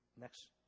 next